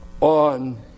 on